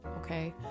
okay